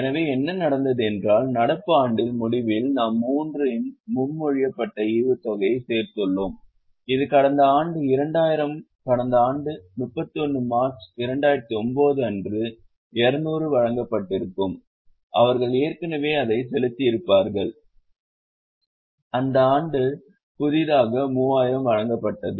எனவே என்ன நடந்தது என்றால் நடப்பு ஆண்டின் முடிவில் நாம் 3 இன் முன்மொழியப்பட்ட ஈவுத்தொகையை சேர்த்துள்ளோம் இது கடந்த ஆண்டு 2000 கடந்த ஆண்டு 31 மார்ச் 2019 அன்று 200 வழங்கப்பட்டிருக்கும் அவர்கள் ஏற்கனவே அதை செலுத்தியிருப்பார்கள் இந்த ஆண்டு புதிதாக 3000 வழங்கப்பட்டது